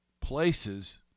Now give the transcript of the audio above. places